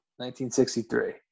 1963